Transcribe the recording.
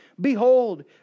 Behold